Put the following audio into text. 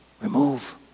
remove